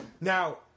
Now